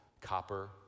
copper